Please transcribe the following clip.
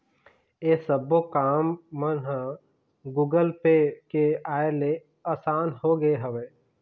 ऐ सब्बो काम मन ह गुगल पे के आय ले असान होगे हवय